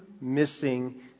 missing